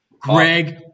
Greg